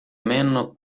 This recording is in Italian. meno